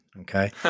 Okay